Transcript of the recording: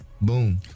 Boom